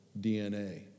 DNA